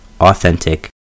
authentic